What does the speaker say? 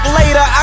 later